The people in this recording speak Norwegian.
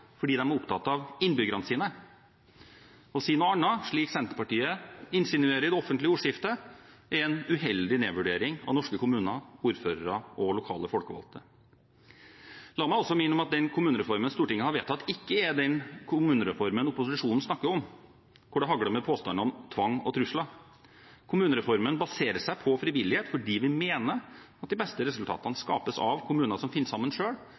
fordi de er opptatt av innbyggerne sine. Å si noe annet, slik Senterpartiet insinuerer i det offentlige ordskiftet, er en uheldig nedvurdering av norske kommuner, ordførere og lokale folkevalgte. La meg også minne om at den kommunereformen Stortinget har vedtatt, ikke er den kommunereformen opposisjonen snakker om, hvor det hagler med påstander om tvang og trusler. Kommunereformen baserer seg på frivillighet fordi vi mener at de beste resultatene skapes av kommuner som finner sammen